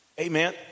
Amen